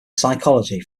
psychology